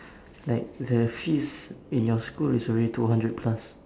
like the fees in your school is already two hundred plus